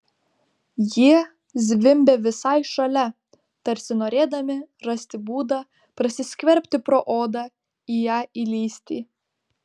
jie zvimbė visai šalia tarsi norėdami rasti būdą prasiskverbti pro odą į ją įlįsti